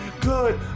Good